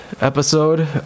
episode